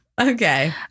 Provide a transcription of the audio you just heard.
Okay